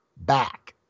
back